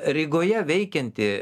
rygoje veikianti